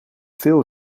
veel